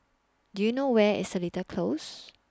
Do YOU know Where IS Seletar Close